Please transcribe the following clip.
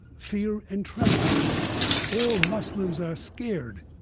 fear and trembling all muslims are scared,